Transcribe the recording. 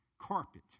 carpet